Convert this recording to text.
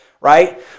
right